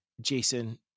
Jason